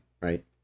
right